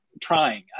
trying